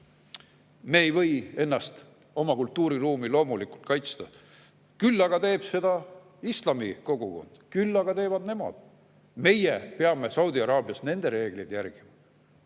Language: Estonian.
Me ei või ennast, oma kultuuriruumi loomulikult kaitsta, küll aga teeb seda islami kogukond. Küll aga teevad nemad. Meie peame Saudi Araabias nende reegleid järgima.